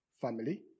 family